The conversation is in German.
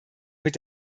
mit